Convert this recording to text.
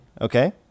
Okay